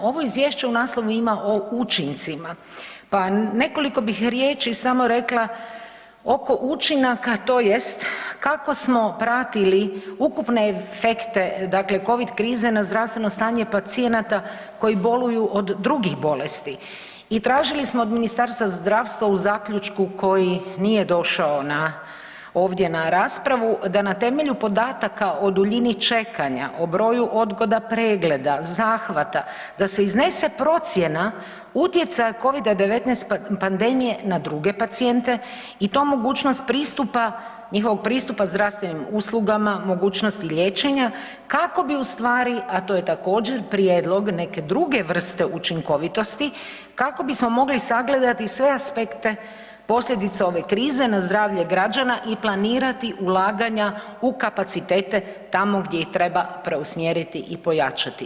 Ovo izvješće u naslovu ima o učincima pa nekoliko bih riječi samo rekla oko učinaka tj. kako smo pratili ukupne efekte dakle Covid krize na zdravstveno stanje pacijenata koji boluju od drugih bolesti i tražili smo od Ministarstva zdravstva u zaključku koji nije došao ovdje na raspravu da na temelju podataka o duljini čekanje, o broju odgoda pregleda, zahvata, da se iznese procjena utjecaja Covida-19 pandemije na druge pacijente i to mogućnost pristupa, njihovog pristupa zdravstvenim uslugama, mogućnosti liječenja kako bi u stvari, a to je također prijedlog neke druge vrste učinkovitosti, kako bismo mogli sagledati sve aspekte posljedica ove krize na zdravlje građana i planirati ulaganja u kapacitete tamo gdje ih treba preusmjeriti i pojačati.